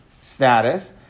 status